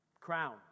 Crown